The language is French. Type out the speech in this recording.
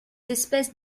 espèces